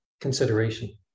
consideration